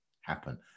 happen